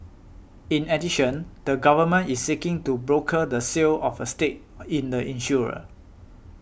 in addition the government is seeking to broker the sale of a stake in the insurer